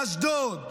לאשדוד,